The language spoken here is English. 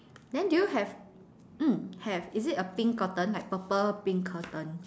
then do you have mm have is it a pink curtain like purple pink curtain